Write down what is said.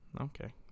Okay